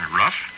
rough